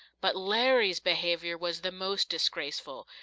but larry's behavior was the most disgraceful,